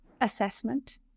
assessment